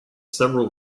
several